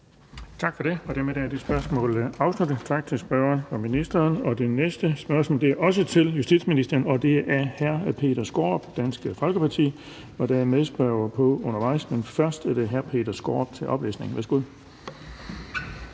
Tak for det. Dermed er det spørgsmål afsluttet. Tak til spørgeren og ministeren. Det næste spørgsmål er også til justitsministeren, og det er af hr. Peter Skaarup, Dansk Folkeparti. Der er en medspørger på undervejs, men først er det hr. Peter Skaarup til oplæsning. Kl.